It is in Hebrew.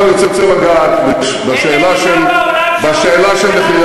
עכשיו אני רוצה לגעת בשאלה של,